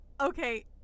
Okay